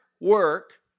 work